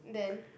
then